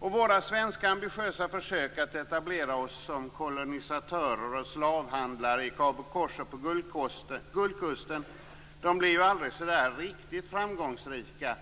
Våra svenska ambitiösa försök att etablera oss som kolonisatörer och slavhandlare i Cabo Corsa på Guldkusten blev ju aldrig så där riktigt framgångsrika.